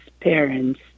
parents